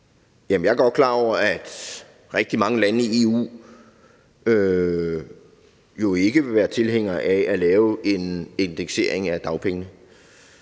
Jeg er jo godt klar over, at rigtig mange lande i EU ikke vil være tilhængere af at lave en indeksering af dagpengene.